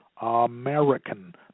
American